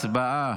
הצבעה.